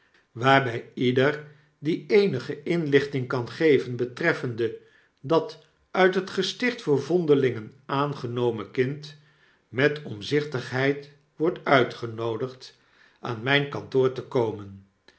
waarby ieder die eenige inlichting kan geven betreffende dat uit het gesticht voor vondelingen aangenomenkind met omzichtigheid wordt uitgenoodigd aan myn kantoor te komen